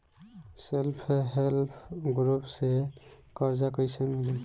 Self help group से कर्जा कईसे मिली?